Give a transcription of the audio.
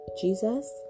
Jesus